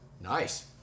nice